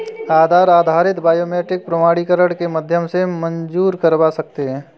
आधार आधारित बायोमेट्रिक प्रमाणीकरण के माध्यम से मंज़ूर करवा सकते हैं